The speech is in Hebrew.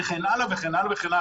וכו' וכו'.